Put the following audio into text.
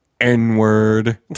N-word